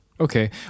Okay